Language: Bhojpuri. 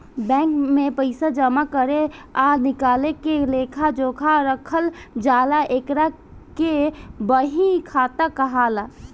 बैंक में पइसा जामा करे आ निकाले के लेखा जोखा रखल जाला एकरा के बही खाता कहाला